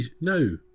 No